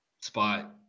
spot